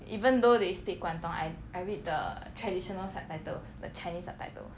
even though they speak 广东 I I read the traditional subtitles the chinese subtitle